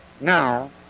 now